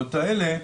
האמירות האלה,